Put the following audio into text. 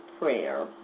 prayer